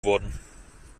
worden